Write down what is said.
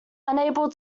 unable